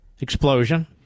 explosion